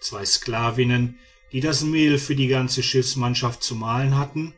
zwei sklavinnen die das mehl für die ganze schiffsmannschaft zu mahlen hatten